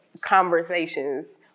conversations